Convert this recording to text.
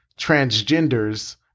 transgenders